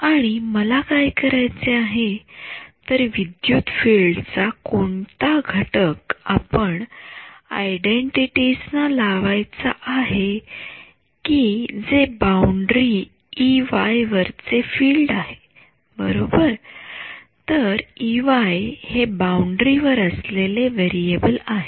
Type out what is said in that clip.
आणि मला काय करायचे आहे तर विद्युत फील्ड चा कोणता घटक आपण आयडेंटिटिज ना लावायचा आहे कि जे बाउंडरी इवाय वरचे फील्ड आहे बरोबर तर इवाय हे बाउंडरी वर असलेले व्हेरिएबल आहे